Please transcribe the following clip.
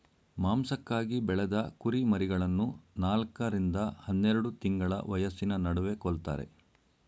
ಮಾಂಸಕ್ಕಾಗಿ ಬೆಳೆದ ಕುರಿಮರಿಗಳನ್ನು ನಾಲ್ಕ ರಿಂದ ಹನ್ನೆರೆಡು ತಿಂಗಳ ವಯಸ್ಸಿನ ನಡುವೆ ಕೊಲ್ತಾರೆ